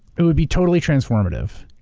it would be totally transformative.